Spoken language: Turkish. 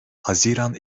haziran